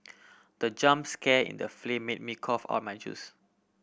the jump scare in the film made me cough out my juice